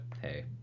hey